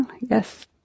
yes